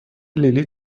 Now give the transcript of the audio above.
لیلی